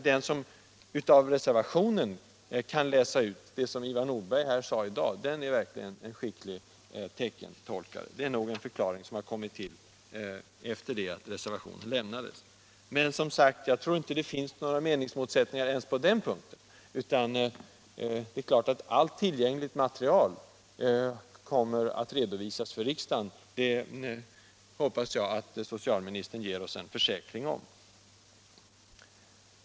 Den som av reservationen kan utläsa det som Ivar Nordberg nu har sagt är verkligen en skicklig teckentolkare. Hans förklaring har nog kommit till sedan reservationen skrevs. Jag tror inte att det finns några meningsmotsättningar ens på denna punkt. Allt tillgängligt material kommer givetvis att redovisas för riksdagen. Det hoppas jag att socialministern ger oss en försäkran om.